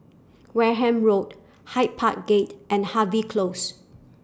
Wareham Road Hyde Park Gate and Harvey Close